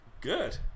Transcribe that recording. Good